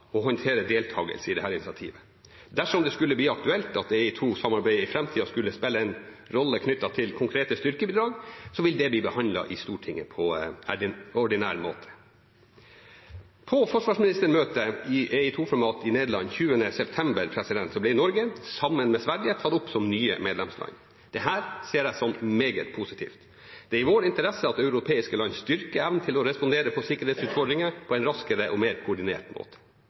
å håndtere deltakelse i dette initiativet. Dersom det skulle bli aktuelt at EI2-samarbeidet i framtida skulle spille en rolle knyttet til konkrete styrkebidrag, vil det bli behandlet i Stortinget på ordinær måte. På forsvarsministermøtet i EI2-format i Nederland 20. september ble Norge, sammen med Sverige, tatt opp som nytt medlemsland. Dette ser jeg som meget positivt. Det er i vår interesse at europeiske land styrker evnen til å respondere på sikkerhetsutfordringer på en raskere og mer koordinert måte.